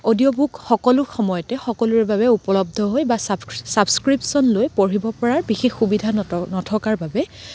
audio book সকলো সময়তে সকলোৰে বাবে উপলব্ধ হৈ বা ছাবস্ক্ৰিপশ্যন লৈ পঢ়িব পৰাৰ বিশেষ সুবিধা নত নথকাৰ বাবে